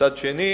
מצד שני,